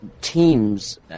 teams